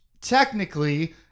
technically